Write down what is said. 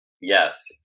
Yes